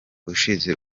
ushize